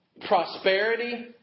prosperity